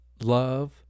love